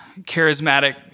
charismatic